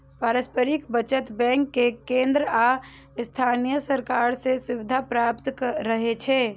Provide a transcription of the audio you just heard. पारस्परिक बचत बैंक कें केंद्र आ स्थानीय सरकार सं सुविधा प्राप्त रहै छै